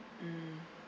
mm